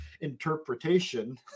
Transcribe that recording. interpretation